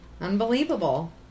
unbelievable